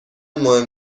مهم